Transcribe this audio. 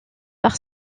par